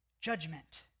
judgment